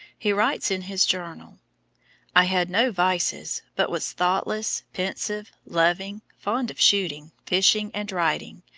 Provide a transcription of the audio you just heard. he writes in his journal i had no vices, but was thoughtless, pensive, loving, fond of shooting, fishing, and riding,